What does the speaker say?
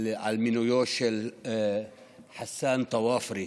על מינויו של חסן טואפרה,